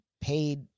paid